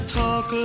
talk